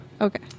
Okay